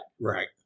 Right